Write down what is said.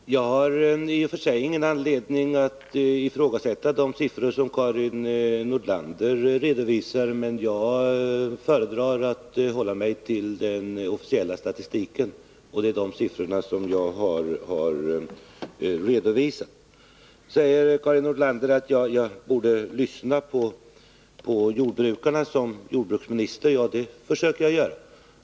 Fru talman! Jag har i och för sig ingen anledning att ifrågasätta de siffror som Karin Nordlander redovisar, men jag föredrar att hålla mig till den officiella statistiken, och det är de siffrorna jag har redovisat. Karin Nordlander säger att jag såsom jordbruksminister borde lyssna på jordbrukarna. Det försöker jag göra.